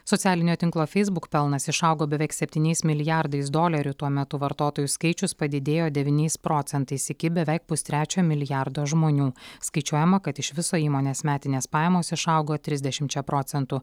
socialinio tinklo facebook pelnas išaugo beveik septyniais milijardais dolerių tuo metu vartotojų skaičius padidėjo devyniais procentais iki beveik pustrečio milijardo žmonių skaičiuojama kad iš viso įmonės metinės pajamos išaugo trisdešimčia procentų